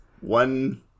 one